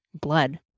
blood